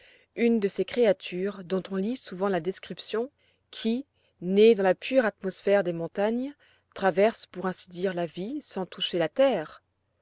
une de ces créatures dont on lit souvent la description qui nées dans la pure atmosphère des montagnes traversent pour ainsi dire la vie sans toucher la terre